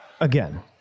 Again